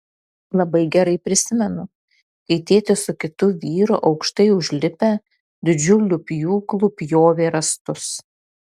labai gerai prisimenu kai tėtis su kitu vyru aukštai užlipę didžiuliu pjūklu pjovė rąstus